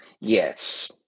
Yes